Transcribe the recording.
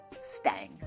Stang